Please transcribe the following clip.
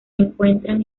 encuentran